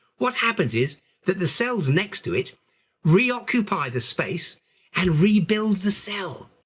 what happens is that the cells next to it reoccupy the space and rebuilds the cell.